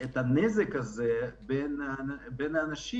הנזק הזה בין האנשים.